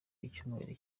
y’icyumweru